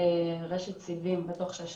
רשת סיבים בתוך שש שנים.